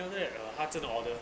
then after that uh 他真的 order